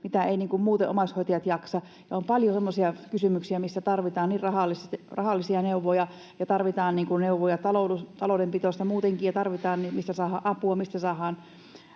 mitä eivät muuten omaishoitajat jaksa. On paljon semmoisia kysymyksiä, missä tarvitaan rahallisia neuvoja, ja tarvitaan neuvoja taloudenpidosta muutenkin ja tarvitaan neuvoja, mistä saadaan